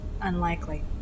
Unlikely